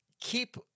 keep